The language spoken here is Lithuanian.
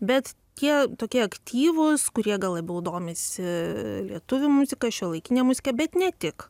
bet tie tokie aktyvūs kurie gal labiau domisi lietuvių muzika šiuolaikine muzika bet ne tik